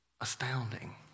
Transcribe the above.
astounding